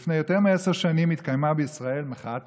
לפני יותר מעשר שנים התקיימה בישראל מחאת האוהלים.